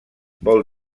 vol